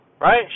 right